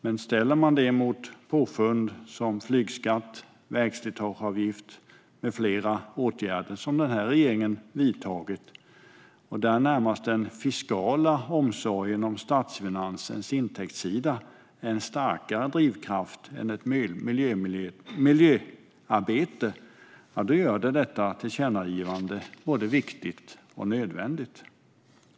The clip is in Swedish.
Men man kan ställa det mot påfund som flygskatt, vägslitageavgift med flera åtgärder som denna regering vidtagit, där en närmast fiskal omsorg om statsfinansens intäktssida är en starkare drivkraft än ett miljöarbete. Det gör att detta tillkännagivande är både viktigt och nödvändigt. Fru talman!